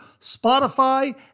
Spotify